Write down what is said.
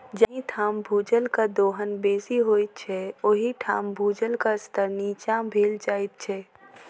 जाहि ठाम भूजलक दोहन बेसी होइत छै, ओहि ठाम भूजलक स्तर नीचाँ भेल जाइत छै